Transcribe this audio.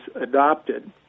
adopted